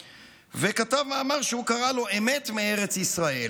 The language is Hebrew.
וכתב מאמר שהוא קרא לו "אמת מארץ ישראל".